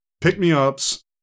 Pick-me-ups